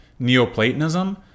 Neoplatonism